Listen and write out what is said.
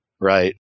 right